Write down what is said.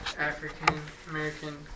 African-American